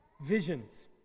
visions